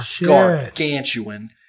gargantuan